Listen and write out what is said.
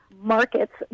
markets